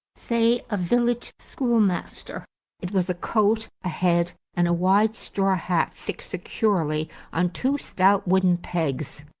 say a village schoolmaster it was a coat, a head, and a wide straw hat fixed securely on two stout wooden pegs.